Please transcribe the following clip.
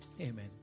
Amen